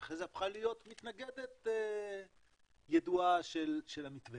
שאחרי זה הפכה להיות מתנגדת ידועה של המתווה,